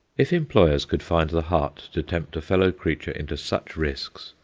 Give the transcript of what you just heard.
if employers could find the heart to tempt a fellow-creature into such risks,